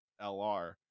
LR